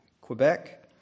Quebec